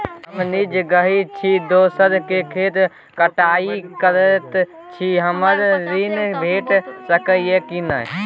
हम निजगही छी, दोसर के खेत बटईया करैत छी, हमरा ऋण भेट सकै ये कि नय?